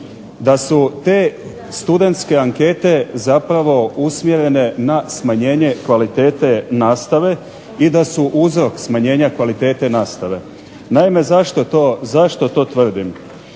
da su te studentske ankete zapravo usmjere na smanjenje kvalitete nastave i da su uzrok smanjenja kvalitete nastave. Naime, zašto to tvrdim?